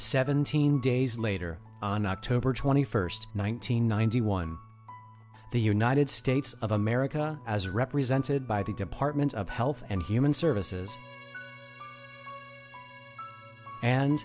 seventeen days later on october twenty first one nine hundred ninety one the united states of america as represented by the department of health and human services and